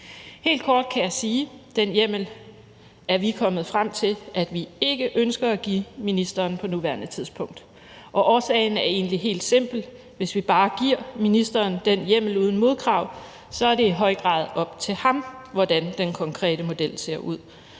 Helt kort kan jeg sige, at den hjemmel er vi kommet frem til vi ikke ønsker at give ministeren på nuværende tidspunkt. Og årsagen er egentlig helt simpel: Hvis vi bare giver ministeren den hjemmel uden modkrav, er det i høj grad op til ham, hvordan den konkrete model ser ud.